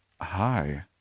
Hi